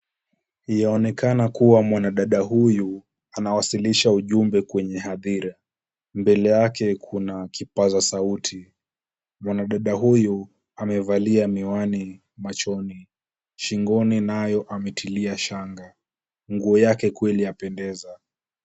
Yaonekana kuwa mwanadada huyu anawasilisha ujumbe kwenye hadhira. Mbele yake kuna kipaza sauti, mwanadada huyu amevalia miwani machoni, shingoni nayo ametilia shanga, nguo yake kweli yapendeza.